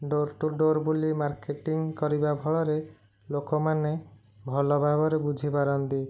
door to door ବୁଲି marketing କରିବା ଫଳରେ ଲୋକମାନେ ଭଲଭାବରେ ବୁଝିପାରନ୍ତି